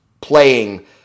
playing